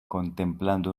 contemplando